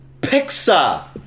Pixar